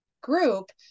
group